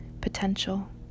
Potential